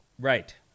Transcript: Right